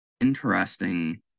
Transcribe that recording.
interesting